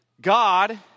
God